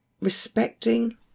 respecting